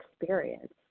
experience